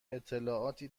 اطلاعاتی